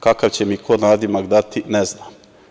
Kakav će mi ko nadimak dati, ne znam.